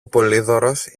πολύδωρος